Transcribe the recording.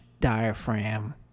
diaphragm